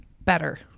better